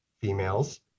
females